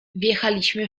wjechaliśmy